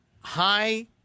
high